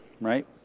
right